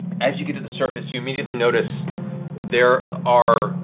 as you get to the surface you immediately notice there are